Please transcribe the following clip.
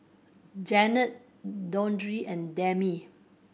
Janet Dondre and Demi